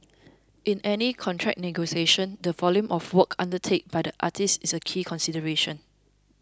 in any contract negotiation the volume of work undertaken by the artiste is a key consideration